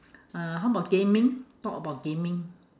uh how about gaming talk about gaming